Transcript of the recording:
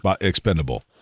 expendable